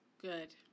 Good